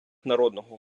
народного